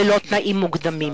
ללא תנאים מוקדמים.